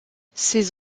ses